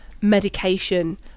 medication